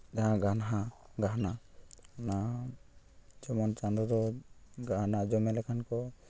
ᱡᱟᱦᱟᱸ ᱜᱟᱦᱱᱟ ᱜᱟᱦᱱᱟ ᱚᱱᱟ ᱡᱮᱢᱚᱱ ᱪᱟᱸᱫᱳ ᱫᱚ ᱜᱟᱦᱱᱟᱜᱼᱟ ᱡᱚᱢᱮ ᱞᱮᱠᱷᱟᱱ ᱠᱚ